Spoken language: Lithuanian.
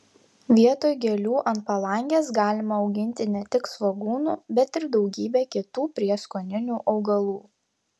vietoj gėlių ant palangės galima auginti ne tik svogūnų bet ir daugybę kitų prieskoninių augalų